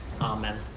amen